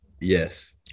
yes